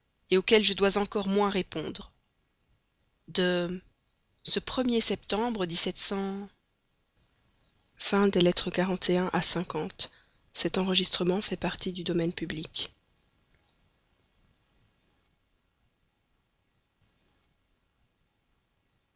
écouter auquel je veux encore moins répondre de ce er septembre à